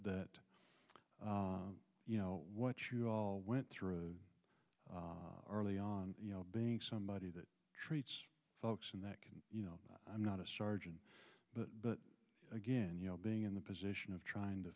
that you know what you all went through early on you know being somebody that treats folks in that can you know i'm not a sergeant but but again you know being in the position of trying to